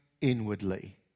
inwardly